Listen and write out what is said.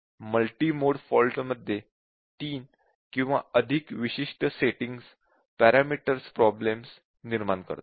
multi mode फॉल्टमध्ये 3 किंवा अधिक विशिष्ट सेटिंग्ज पॅरामीटर्स प्रॉब्लेम्स निर्माण करतात